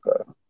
okay